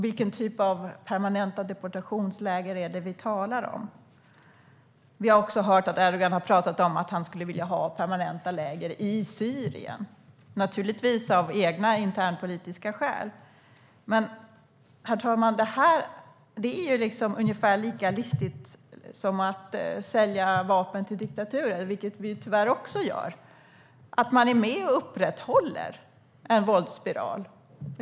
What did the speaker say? Vilken typ av permanenta deportationsläger är det vi talar om? Vi har också hört att Erdogan har talat om att han skulle vilja ha permanenta läger i Syrien, naturligtvis av egna internpolitiska skäl. Herr talman! Det här är ungefär lika listigt som att sälja vapen till diktaturer, vilket vi tyvärr också gör. Man är med och upprätthåller en våldsspiral.